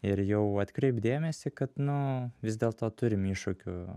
ir jau atkreipt dėmesį kad nu vis dėlto turim iššūkių